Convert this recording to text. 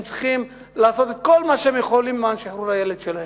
הם צריכים לעשות את כל מה שהם יכולים למען שחרור הילד שלהם,